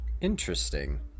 Interesting